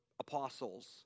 apostles